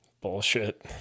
bullshit